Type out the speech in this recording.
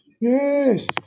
Yes